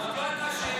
זאת לא הייתה השאלה.